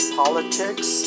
politics